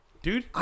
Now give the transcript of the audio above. Dude